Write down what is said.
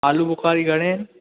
आलूबुख़ारी घणे